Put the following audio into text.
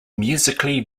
musically